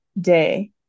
day